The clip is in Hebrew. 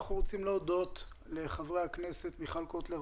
אנחנו רוצים להודות לחברי הכנסת מיכל קוטלר